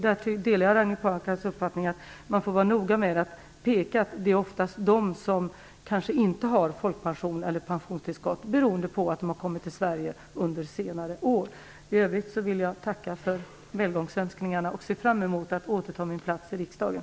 Där delar jag Ragnhild Pohankas uppfattning att man får vara noga med att peka på att det oftast gäller dem som kanske inte har folkpension eller pensionstillskott beroende på att de kommit till Sverige under senare år. I övrigt vill jag tacka för välgångsönskningarna och ser fram emot att återta min plats i riksdagen.